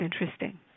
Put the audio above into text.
interesting